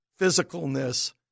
physicalness